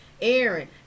Aaron